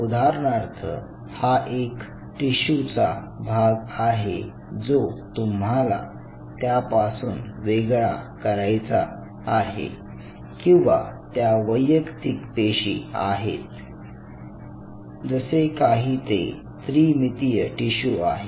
उदाहरणार्थ हा एक टिशू चा भाग आहे जो तुम्हाला त्यापासून वेगळा करायचा आहे किंवा त्या वैयक्तिक पेशी आहेत जसे काही ते त्रिमितीय टिशू आहे